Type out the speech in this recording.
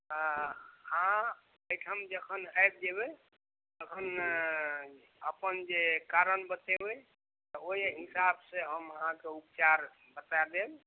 हॅं हॅं एहिठाम जखन आबि जेबै तखन अपन जे कारण बतेबै तऽ ओहि हिसाबसे हम अहाँकेँ उपचार बता देब